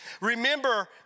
Remember